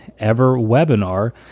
EverWebinar